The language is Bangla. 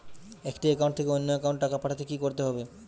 একটি একাউন্ট থেকে অন্য একাউন্টে টাকা পাঠাতে কি করতে হবে?